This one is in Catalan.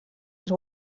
els